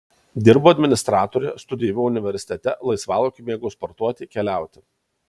dirbau administratore studijavau universitete laisvalaikiu mėgau sportuoti keliauti